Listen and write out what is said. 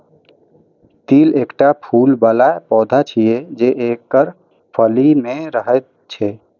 तिल एकटा फूल बला पौधा छियै, जे एकर फली मे रहैत छैक